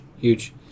huge